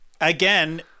Again